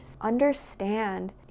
understand